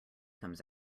comes